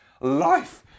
life